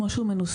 כמו שהוא מנוסח,